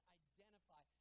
identify